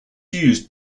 used